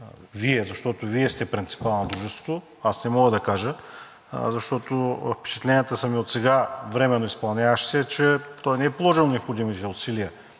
Вие, защото Вие сте принципалът на дружеството, аз не мога да кажа, защото впечатленията ми са от сега временно изпълняващия, че той не е положил необходимите усилия